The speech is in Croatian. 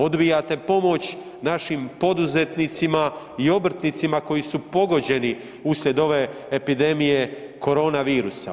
Odbijate pomoć našim poduzetnicima i obrtnicima koji su pogođeni uslijed ove epidemije korona virusa.